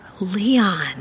Leon